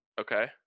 Okay